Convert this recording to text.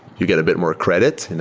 you get a bit more credit. and